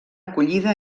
acollida